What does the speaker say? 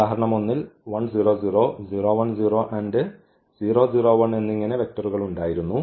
നമുക്ക് ഉദാഹരണം 1 ൽ എന്നിങ്ങനെ വെക്ടർകൾ ഉണ്ടായിരുന്നു